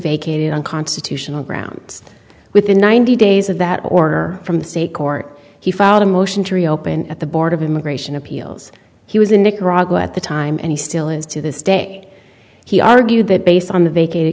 vacated on constitutional grounds within ninety days of that order from the state court he filed a motion to reopen at the board of immigration appeals he was in nicaragua at the time and he still is to this day he argued that based on the vacated